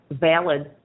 valid